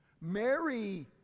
Mary